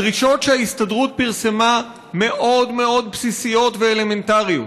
הדרישות שההסתדרות פרסמה מאוד מאוד בסיסיות ואלמנטריות,